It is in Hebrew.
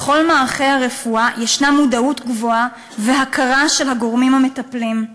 בכל מערכי הרפואה יש מודעות גבוהה והכרה של הגורמים המטפלים,